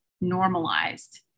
normalized